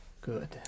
Good